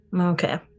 Okay